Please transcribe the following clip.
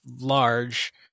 large